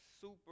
super